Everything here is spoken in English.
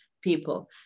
people